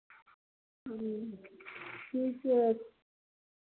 ह्म्म ठीके